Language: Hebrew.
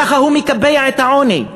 ככה הוא מקבע את העוני,